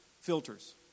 filters